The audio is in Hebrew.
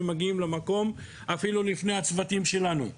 מגיעים למקום לפעמים אפילו לפני הצוותים שלנו,